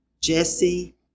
Jesse